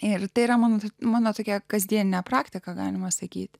ir tai yra mano kad mano tokią kasdienę praktiką galima sakyti